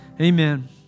Amen